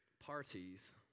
parties